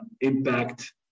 impact